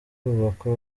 kubakwa